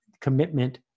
commitment